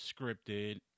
scripted